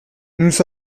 nous